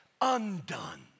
undone